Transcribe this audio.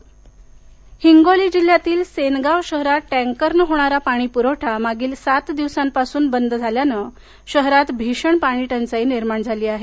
हिंगोली हिंगोली जिल्ह्यातील सेनगाव शहरात टॅंकरनं होणारा पाणी प्रवठा मागील सात दिवसापासून बंद झाल्याने शहरात भीषण पाणी टंचाई निर्माण झाली आहे